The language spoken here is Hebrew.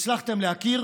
הצלחתם להכיר,